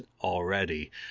already